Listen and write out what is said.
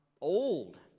old